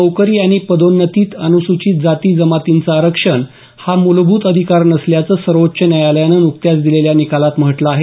नोकरी आणि पदोन्नतीत अनुसूचित जाती जमातींचं आरक्षण हा मुलभूत अधिकार नसल्याचं सर्वोच्च न्यायालयानं नुकत्याच दिलेल्या निकालात म्हटलं आहे